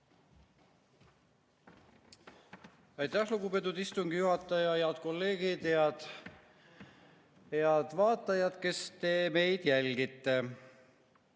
Aitäh, lugupeetud istungi juhataja! Head kolleegid! Head vaatajad, kes te meid jälgite!